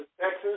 Texas